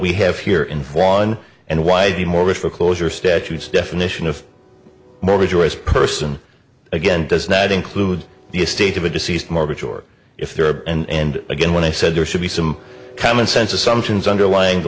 we have here in one and why the mortgage foreclosure statutes definition of more rigorous person again does not include the estate of a deceased mortgage or if there are and again when i said there should be some common sense assumptions underlying the